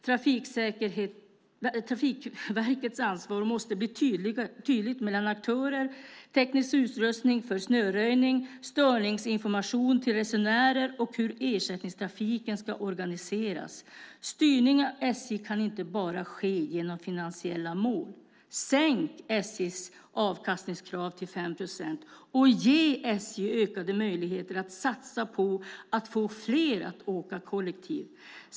Trafikverkets ansvar måste bli tydligt mellan aktörer, teknisk utrustning för snöröjning, störningsinformation till resenärer och hur ersättningstrafiken ska organiseras. Styrning av SJ kan inte bara ske genom finansiella mål. Sänk SJ:s avkastningskrav till 5 procent och ge SJ ökade möjligheter att satsa på att få fler att åka kollektivt.